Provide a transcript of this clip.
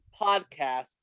podcast